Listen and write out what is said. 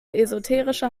esoterische